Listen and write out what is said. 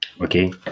okay